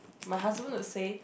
my husband would say